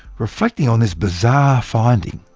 reflecting on this bizarre finding,